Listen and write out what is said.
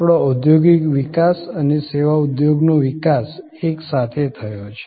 આપણો ઔદ્યોગિક વિકાસ અને સેવા ઉદ્યોગનો વિકાસ એકસાથે થયો છે